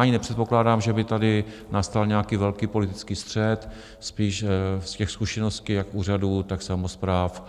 Ani nepředpokládám, že by tady nastal nějaký velký politický střet, spíše z těch zkušeností, jak úřadů, tak samospráv,